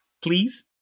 please